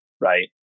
right